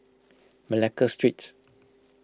Malacca Street